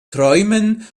träumen